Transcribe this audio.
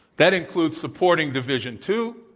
that includes supporting division two,